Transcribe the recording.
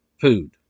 food